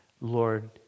Lord